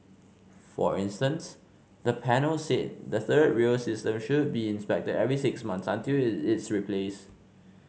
for instance the panel said the third rail system should be inspected every six months until it is replaced